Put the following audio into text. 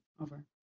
over